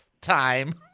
time